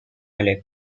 alep